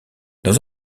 dans